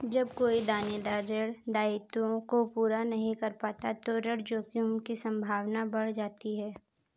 जब कोई देनदार ऋण दायित्वों को पूरा नहीं कर पाता तो ऋण जोखिम की संभावना बढ़ जाती है